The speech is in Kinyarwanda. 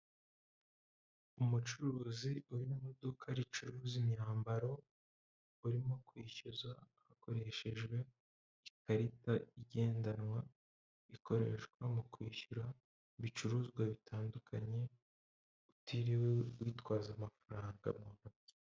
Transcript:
Umucuruzi uri mu iduka ricuruza imyambaro urimo kwishyuza hakoreshejwe ikarita igendanwa ikoreshwa mu kwishyura ibicuruzwa bitandukanye utiriwe witwaza amafaranga mu ntoki.